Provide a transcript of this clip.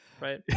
right